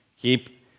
Keep